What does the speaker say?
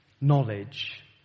knowledge